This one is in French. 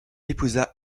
épousa